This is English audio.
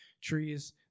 trees